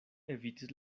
evitis